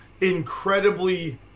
incredibly